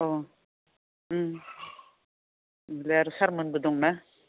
अह बेलाय आरो सारमोनबो दंना